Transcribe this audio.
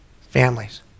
Families